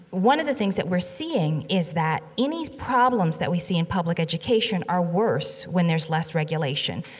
one of the things that we're seeing is that any problems that we see in public education are worse when there's less regulation.